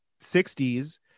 60s